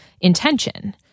intention